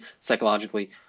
psychologically